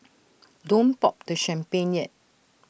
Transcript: don't pop the champagne yet